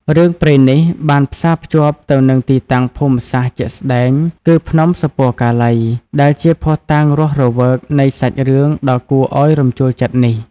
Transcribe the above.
រឿងព្រេងនេះបានផ្សារភ្ជាប់ទៅនឹងទីតាំងភូមិសាស្ត្រជាក់ស្តែង គឺភ្នំសុពណ៌កាឡី ដែលជាភស្តុតាងរស់រវើកនៃសាច់រឿងដ៏គួរឲ្យរំជួលចិត្តនេះ។